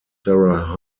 sarah